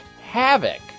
havoc